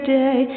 day